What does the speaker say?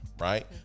right